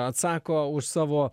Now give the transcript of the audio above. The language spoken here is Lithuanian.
atsako už savo